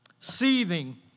Seething